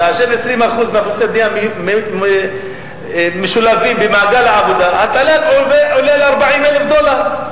כאשר 20% מהאוכלוסייה משולבים במעגל העבודה התל"ג עולה ל-40,000 דולר.